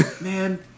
Man